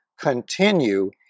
continue